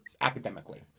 academically